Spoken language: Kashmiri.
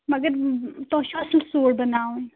مگر تۄہہِ چھُ اَصٕل سوٗٹ بَناوٕنۍ